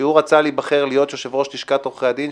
כשהוא רצה להיבחר להיות יושב-ראש לשכת עורכי הדין,